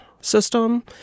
system